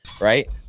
right